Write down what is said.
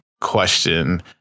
question